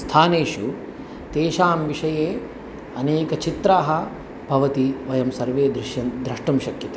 स्थानेषु तेषां विषये अनेकचित्राः भवन्ति वयं सर्वे दृश्यणि द्रष्टुं शक्यते